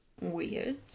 weird